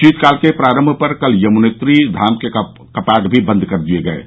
शीतकाल के प्रारंभ पर कल यमुनोत्री धाम के कपाट भी बंद कर दिए गए हैं